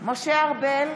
בהצבעה משה ארבל,